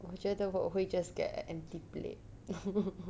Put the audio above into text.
我觉得我会 just get an empty plate